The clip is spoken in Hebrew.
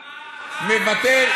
מה, מה, מה הנושא?